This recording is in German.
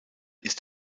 ist